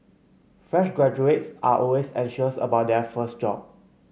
fresh graduates are always anxious about their first job